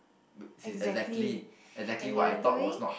which is exactly exactly what I thought was not